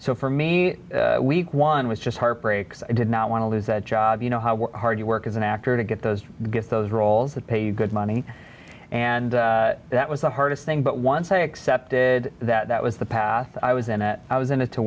so for me week one was just heart breaks i did not want to lose that job you know how hard you work as an actor to get those get those roles that paid good money and that was the hardest thing but once i accepted that that was the path i was and i was in it to